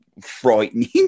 frightening